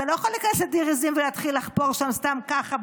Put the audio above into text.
אתה לא יכול להיכנס לדיר עיזים ולהתחיל לחפור שם סתם ככה,